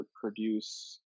produce